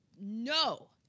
No